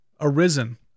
Arisen